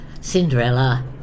Cinderella